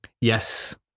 Yes